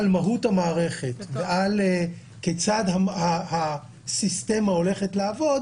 מהות המערכת וכיצד הסיסטמה הולכת לעבוד